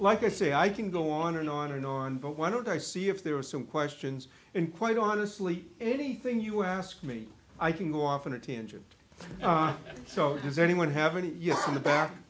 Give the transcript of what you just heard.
like i say i can go on and on and on but why don't i see if there are some questions and quite honestly anything you ask me i can go off on a tangent so does anyone have any on the back